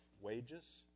wages